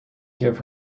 give